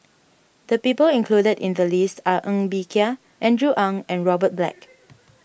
the people included in the list are Ng Bee Kia Andrew Ang and Robert Black